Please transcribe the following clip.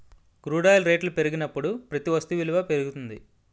crude oil రేట్లు పెరిగినప్పుడు ప్రతి వస్తు విలువ పెరుగుతుంది